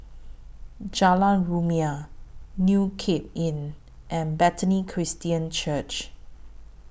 Jalan Rumia New Cape Inn and Bethany Christian Church